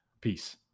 Peace